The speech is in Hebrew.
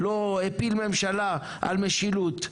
לא הפיל ממשלה על משילות,